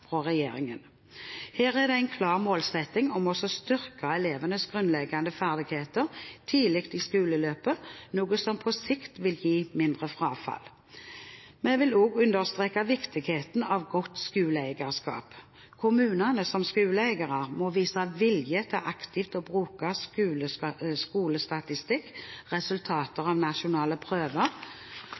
regjeringen. Her er det en klar målsetting om å styrke elevenes grunnleggende ferdigheter tidlig i skoleløpet, noe som på sikt vil gi mindre frafall. Vi vil også understreke viktigheten av godt skoleeierskap. Kommunene som skoleeiere må vise vilje til aktivt å bruke skolestatistikk, resultater av nasjonale prøver